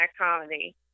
Comedy